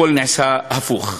הכול נעשה הפוך.